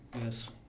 yes